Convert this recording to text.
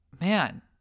man